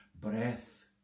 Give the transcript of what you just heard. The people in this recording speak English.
breath